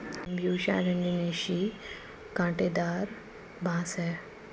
Bambusa arundinacea काँटेदार बाँस है